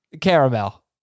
Caramel